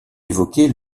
évoquée